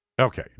Okay